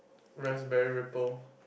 Raspberry Ripple